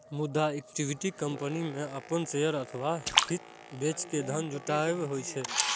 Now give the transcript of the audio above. मुदा equity company मे अपन शेयर अथवा हित बेच के धन जुटायब होइ छै